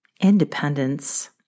independence